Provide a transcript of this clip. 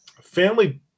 family